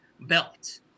belt